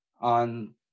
on